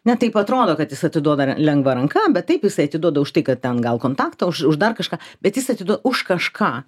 ne taip atrodo kad jis atiduoda lengva ranka bet taip jisai atiduoda už tai kad ten gal kontaktą už už dar kažką bet jis atiduo už kažką